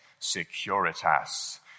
securitas